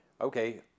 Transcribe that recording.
Okay